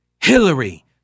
Hillary